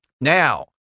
now